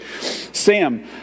Sam